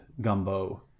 gumbo